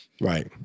Right